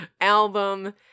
album